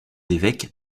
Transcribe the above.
évêques